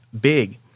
big